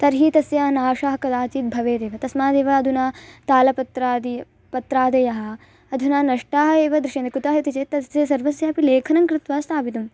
तर्हि तस्य नाशः कदाचित् भवेदेव तस्मादेव अधुना तालपत्रादि पत्रादयः अधुना नष्टाः एव दृश्यन्ते कुतः इति चेत् तस्य सर्वस्यापि लेखनं कृत्वा स्थापितम्